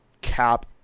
cap